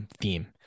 theme